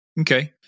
Okay